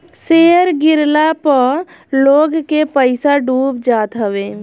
share गिरला पअ लोग के पईसा डूब जात हवे